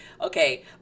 Okay